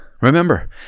Remember